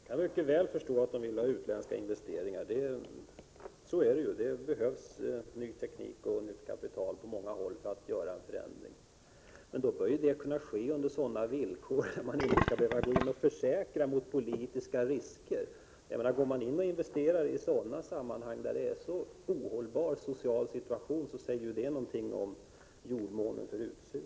Herr talman! Jag kan mycket väl förstå att u-länderna vill ha utländska investeringar. Det behövs ny teknik och nytt kapital på många håll för att man skall kunna åstadkomma en förändring. Men dessa åtgärder bör kunna genomföras under sådana villkor att man inte skall behöva försäkra sig mot politiska risker. Om man då investerar i sådana sammanhang där den sociala situationen är så ohållbar, säger det ju något om jordmånen för utsugning.